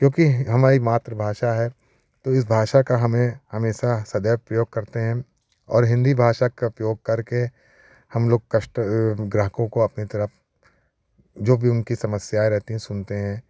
क्योंकि हमारी मातृभाषा है तो इस भाषा का हमें हमेशा सदैव प्रयोग करते हैं और हिन्दी भाषा का उपयोग करके हम लोग कष्ट ग्राहकों को अपनी तरफ जो भी उनकी समस्याएँ रहती हैं सुनते हैं